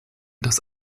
das